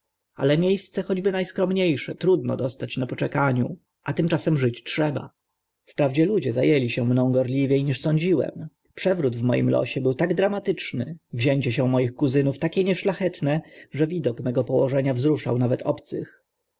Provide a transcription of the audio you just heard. ale mie sce choćby na skromnie sze trudno dostać na poczekaniu a tymczasem żyć trzeba wprawdzie ludzie za ęli się mną gorliwie niż sądziłem przewrót w moim losie był tak dramatyczny wzięcie się moich kuzynów takie nieszlachetne że widok mego położenia wzruszał nawet obcych